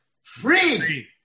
free